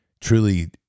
truly